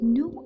no